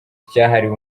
cyahariwe